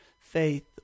faith